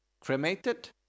cremated